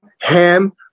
ham